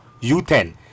U10